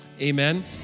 amen